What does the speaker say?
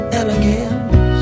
elegance